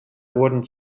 wurden